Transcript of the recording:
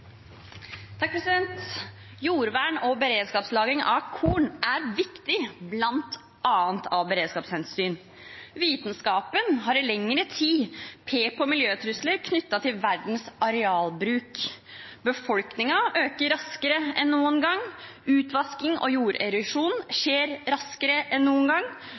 viktig bl.a. av beredskapshensyn. Vitenskapen har i lengre tid pekt på miljøtrusler knyttet til verdens arealbruk. Befolkningen øker raskere enn noen gang. Utvasking og jorderosjon skjer raskere enn noen gang.